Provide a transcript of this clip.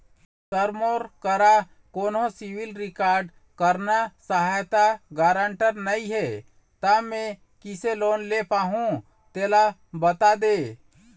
sir मोर करा कोन्हो सिविल रिकॉर्ड करना सहायता गारंटर नई हे ता मे किसे लोन ले पाहुं तेला बता दे